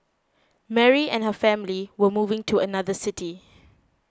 Mary and her family were moving to another city